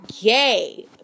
gay